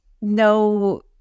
no